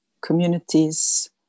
communities